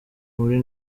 muri